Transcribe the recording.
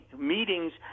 meetings